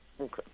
Okay